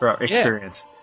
experience